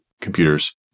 computers